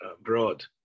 Broad